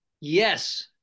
Yes